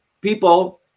people